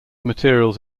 materials